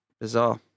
Bizarre